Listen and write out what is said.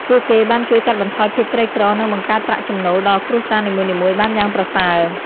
ពួកគេបានជួយកាត់បន្ថយភាពក្រីក្រ និងបង្កើតប្រាក់ចំណូលដល់គ្រួសារនីមួយៗបានយ៉ាងប្រសើរ។